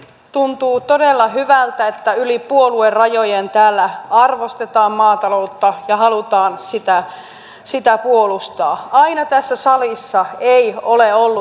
tuntuu todella hyvältä että yli puoluerajojen täällä arvostetaan maataloutta ja halutaan sitä puolustaa aina tässä salissa ei ole ollut näin